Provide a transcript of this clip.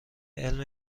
علم